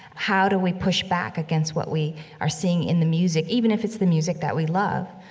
how do we push back against what we are seeing in the music, even if it's the music that we love?